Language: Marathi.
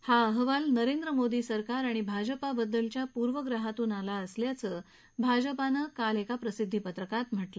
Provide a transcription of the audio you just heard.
दरम्यान हा अहवाल नरेंद्र मोदी सरकार आणि भाजपा बद्दलच्या पूर्वग्रहातून आला असल्याचं भाजपानं काल एका निवद्दत्रात सांगितलं